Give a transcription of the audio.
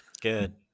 Good